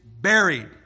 buried